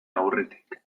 aurretik